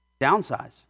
downsize